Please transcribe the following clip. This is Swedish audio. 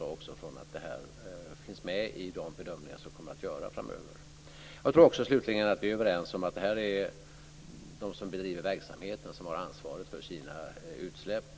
också från att detta finns med i de bedömningar som man kommer att göra framöver. Jag tror slutligen att vi är överens om att det är de som bedriver verksamheten som har ansvaret för sina utsläpp.